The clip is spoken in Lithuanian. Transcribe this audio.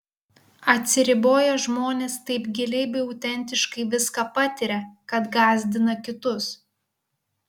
atsiriboję žmonės taip giliai bei autentiškai viską patiria kad gąsdina kitus